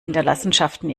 hinterlassenschaften